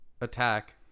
attack